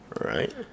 Right